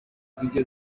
zijya